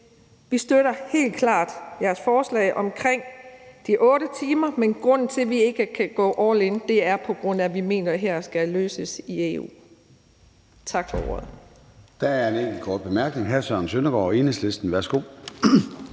Vi støtter helt klart Enhedslistens forslag om de 8 timer, men grunden til, at vi ikke kan gå all in, er, at vi mener, at det her skal løses i EU. Tak for ordet.